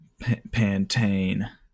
Pantane